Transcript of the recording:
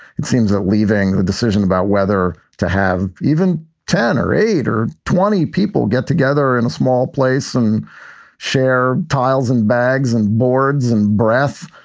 it seems that leaving the decision about whether to have even ten or eight or twenty people get together in a small place and share tiles and bags and boards and breath,